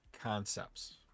Concepts